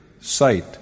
sight